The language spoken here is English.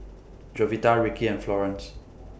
Jovita Rickey and Florance